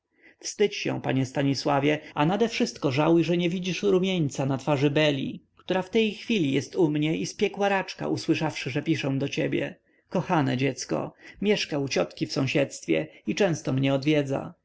wstydź się panie stanisławie a nadewszystko żałuj że nie widzisz rumieńca na twarzy beli która w tej chwili jest u mnie i spiekła raczka usłyszawszy że piszę do ciebie kochane dziecko mieszka u ciotki w sąsiedztwie i często mnie odwiedza